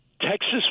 Texas